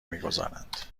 میگذارند